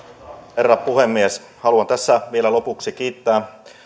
herra puhemies haluan tässä vielä lopuksi kiittää